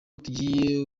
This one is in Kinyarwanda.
tugiye